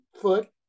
foot